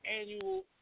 annual